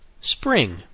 Spring